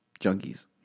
Junkies